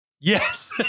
Yes